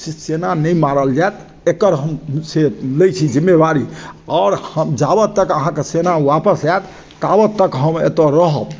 सेना नहि मारल जायत एकर हम से लै छी जिम्मेवारी आओर हम जाबत तक अहाँके सेना वापस आयत ताबत तक हम एतय रहब